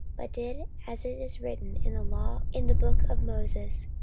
but did as it is written in the law in the book of moses,